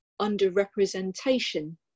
underrepresentation